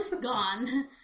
Gone